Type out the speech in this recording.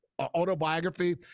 autobiography